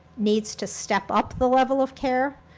needs to step up the level of care,